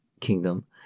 kingdom